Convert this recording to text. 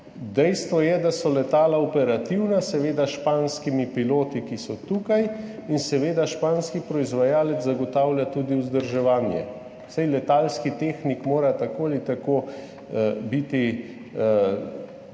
dejstvo je, da so letala operativna, seveda s španskimi piloti, ki so tukaj, in seveda španski proizvajalec zagotavlja tudi vzdrževanje. Saj letalski tehnik mora tako ali tako biti